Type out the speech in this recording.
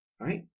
right